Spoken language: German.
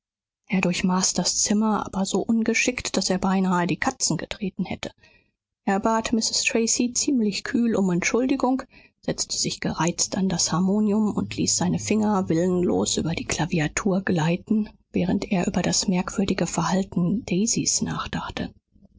er durchmaß das zimmer aber so ungeschickt daß er beinahe die katzen getreten hätte er bat mrs tracy ziemlich kühl um entschuldigung setzte sich gereizt an das harmonium und ließ seine finger willenlos über die klaviatur gleiten während er über das merkwürdige verhalten daisys nachdachte